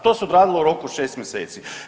To se odradilo u roku od 6 mjeseci.